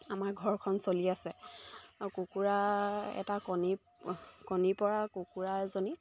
আমাৰ ঘৰখন চলি আছে কুকুৰা এটা কণী কণী পৰা কুকুৰা এজনী